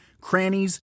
crannies